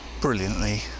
brilliantly